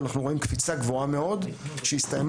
אנחנו רואים קפיצה גבוהה מאוד שהסתיימה